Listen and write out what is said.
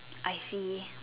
I see